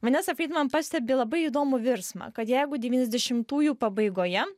vanesa friedman pastebi labai įdomų virsmą kad jeigu devyniasdešimtųjų pabaigoje